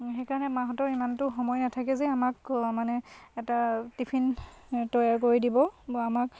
সেইকাৰণে মাহঁতৰ ইমানটো সময় নাথাকে যে আমাক মানে এটা টিফিন তৈয়াৰ কৰি দিব বা আমাক